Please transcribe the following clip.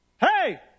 Hey